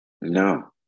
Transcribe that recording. no